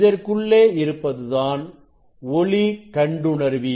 இதற்குள்ளே இருப்பது தான் ஒளி கண்டுணர்வி